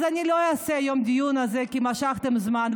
אז אני לא אעשה היום את הדיון הזה, כי משכתם זמן.